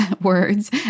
words